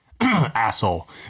asshole